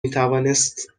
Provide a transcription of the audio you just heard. میتوانست